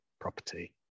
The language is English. property